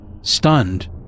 Stunned